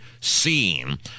seen